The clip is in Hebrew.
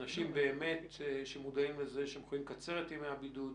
האם הדבר הוא בחזקת שיקול הדעת של הרשות המבצעת